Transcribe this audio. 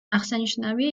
აღსანიშნავია